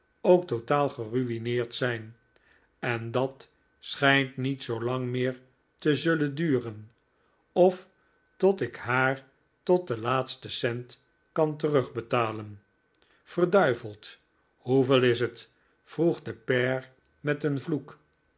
ook totaal geruineerd zijn en dat schijnt niet zoo lang meer te zullen duren of tot ik haar tot den laatsten cent kan terugbetalen verd hoeveel is het vroeg de pair met een vloek